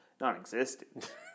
Non-existent